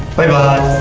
bye bye